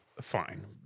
fine